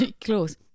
Close